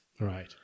right